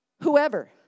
Whoever